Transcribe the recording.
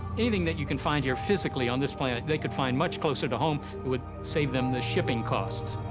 anything that you can find here physically on this planet, they could find much closer to home. it would save them the shipping costs.